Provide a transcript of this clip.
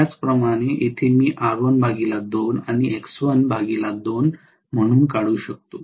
त्याच प्रमाणे येथे मी हे R12 आणि X12 म्हणून काढू शकतो